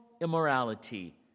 immorality